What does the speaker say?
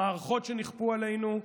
המערכות שנכפו עלינו,